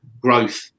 growth